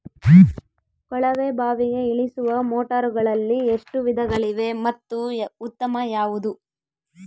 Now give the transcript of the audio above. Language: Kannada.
ಕೊಳವೆ ಬಾವಿಗೆ ಇಳಿಸುವ ಮೋಟಾರುಗಳಲ್ಲಿ ಎಷ್ಟು ವಿಧಗಳಿವೆ ಮತ್ತು ಉತ್ತಮ ಯಾವುದು?